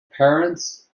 parents